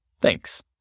Thanks